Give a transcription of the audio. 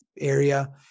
area